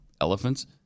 elephants